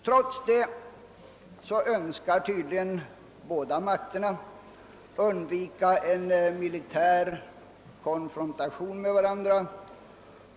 Trots detta önskar tydligen de båda makterna undvika en militär konfrontation med varandra.